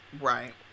Right